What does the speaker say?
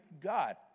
God